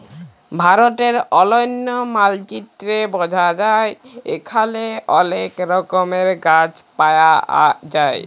ভারতের অলন্য মালচিত্রে বঝা যায় এখালে অলেক রকমের গাছ পায়া যায়